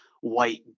white